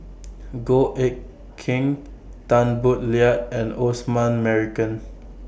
Goh Eck Kheng Tan Boo Liat and Osman Merican